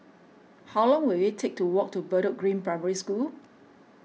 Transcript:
how long will it take to walk to Bedok Green Primary School